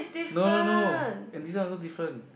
no no no and this one look different